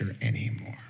anymore